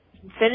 finish